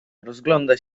rozgląda